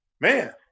man